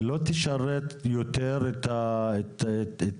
לא תשרת יותר את העניין.